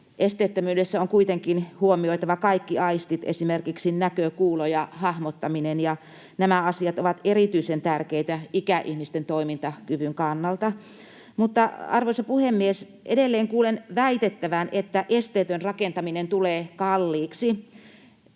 Esteettömyydessä on kuitenkin huomioitava kaikki aistit, esimerkiksi näkö, kuulo ja hahmottaminen, ja nämä asiat ovat erityisen tärkeitä ikäihmisten toimintakyvyn kannalta. Arvoisa puhemies! Edelleen kuulen väitettävän, että esteetön rakentaminen tulee kalliiksi.